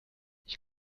ich